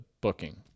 booking